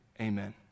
Amen